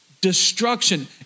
destruction